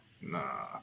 Nah